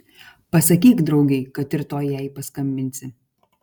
pasakyk draugei kad rytoj jai paskambinsi